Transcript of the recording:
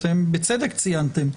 אתם בצדק ציינתם.